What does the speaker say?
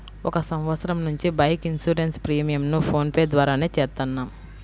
ఒక సంవత్సరం నుంచి బైక్ ఇన్సూరెన్స్ ప్రీమియంను ఫోన్ పే ద్వారానే చేత్తన్నాం